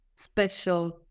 Special